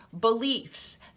beliefs